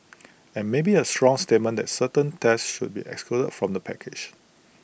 and maybe A strong statement that certain tests should be excluded from the package